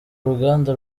uruganda